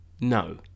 No